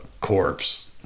corpse